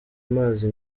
amazi